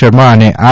શર્મા અને આર